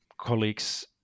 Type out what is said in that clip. colleagues